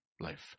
life